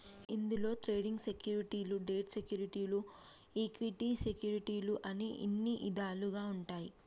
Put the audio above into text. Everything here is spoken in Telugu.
ఇందులో ట్రేడింగ్ సెక్యూరిటీ, డెట్ సెక్యూరిటీలు ఈక్విటీ సెక్యూరిటీలు అని ఇన్ని ఇదాలుగా ఉంటాయి